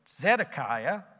Zedekiah